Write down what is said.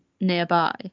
nearby